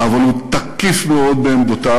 אבל הוא תקיף מאוד בעמדותיו,